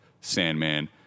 Sandman